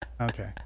okay